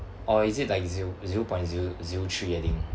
or is it like zero zero point zero zero three I think